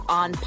on